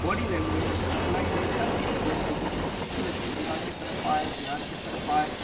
body language اور language ساری چیز الگ ہوگی اسی طریقے سے ویسٹ بنگال کی طرف آئے بہار کی طرف آئے